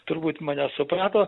turbūt mane suprato